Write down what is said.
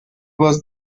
was